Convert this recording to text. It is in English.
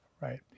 right